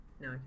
No